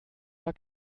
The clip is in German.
war